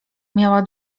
miała